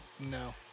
No